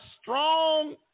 strong